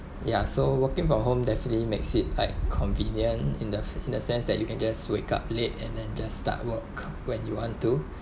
ya so working from home definitely makes it like convenient in the in the sense that you can just wake up late and then just start work when you want to